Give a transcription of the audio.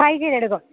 വൈകീതെടുക്കും